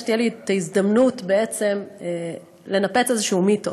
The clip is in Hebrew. שתהיה לי הזדמנות בעצם לנפץ איזה מיתוס.